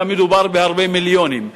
מדובר בהרבה מיליונים.